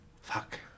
Fuck